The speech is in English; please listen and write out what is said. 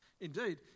Indeed